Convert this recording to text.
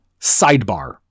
sidebar